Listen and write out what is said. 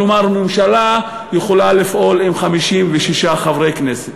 כלומר, ממשלה יכולה לפעול עם 56 חברי כנסת,